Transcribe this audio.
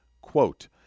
quote